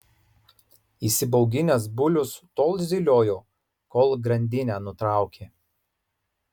įsibauginęs bulius tol zyliojo kol grandinę nutraukė